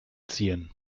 ziehen